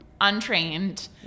untrained